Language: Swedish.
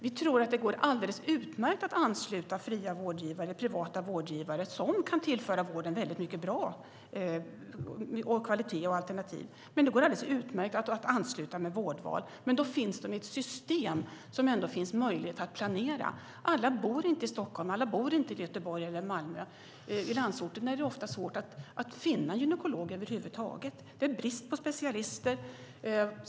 Vi tror att det går alldeles utmärkt att ansluta fria vårdgivare, privata vårdgivare, som kan tillföra vården mycket som är bra i form av kvalitet och alternativ. Det går alldeles utmärkt att ansluta med vårdval, men då finns de i ett system som är möjligt att planera. Alla bor inte i Stockholm, Göteborg eller Malmö. I landsorten är det ofta svårt att över huvud taget finna exempelvis en gynekolog. Det är brist på specialister.